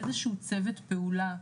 איזשהו צוות פעולה,